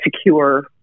secure